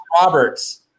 Robert's